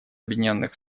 объединенных